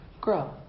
grow